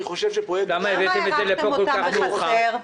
למה הערכתם אותם בחסר?